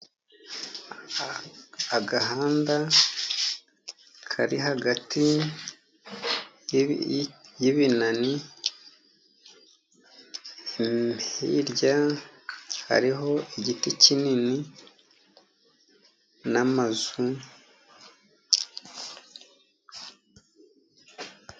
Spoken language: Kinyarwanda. Agahanda kari hagati y' ibinani, hirya hariho igiti kinini n'amazu.